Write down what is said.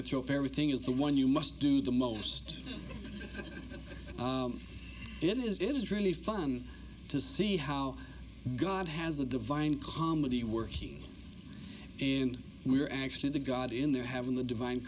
could throw up everything is the one you must do the most it is it is really fun to see how god has the divine comedy working in we're actually the god in there having the divine